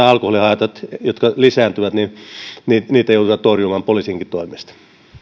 alkoholihaitat lisääntyvät niitä joudutaan torjumaan poliisinkin toimesta